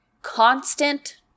constant